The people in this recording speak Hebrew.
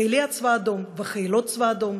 חיילי הצבא האדום וחיילות צבא האדום,